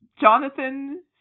Jonathan